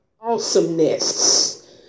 awesomeness